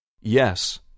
Yes